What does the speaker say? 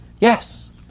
Yes